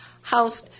house